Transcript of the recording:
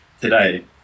today